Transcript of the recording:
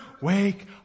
wake